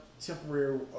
temporary